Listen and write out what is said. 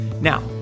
Now